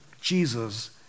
Jesus